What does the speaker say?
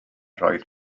roedd